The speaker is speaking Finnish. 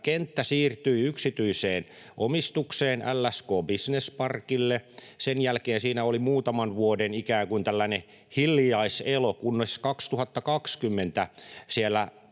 kenttä siirtyi yksityiseen omistukseen LSK Business Parkille. Sen jälkeen siinä oli muutaman vuoden ikään kuin tällainen hiljaiselo, kunnes 2020 siellä